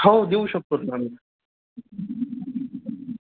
हो देऊ शकतो तुम्हाला मी